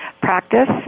practice